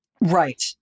right